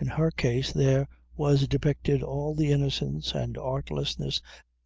in her case there was depicted all the innocence and artlessness